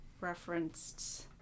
referenced